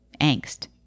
angst